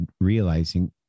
realizing